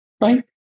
right